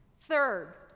third